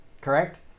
correct